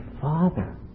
father